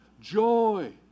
joy